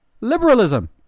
liberalism